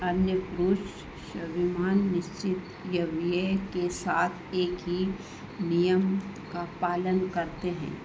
अन्य पुरुष सविमान निश्चित अव्यय के साथ एक ही नियम का पालन करते हैं